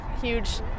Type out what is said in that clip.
huge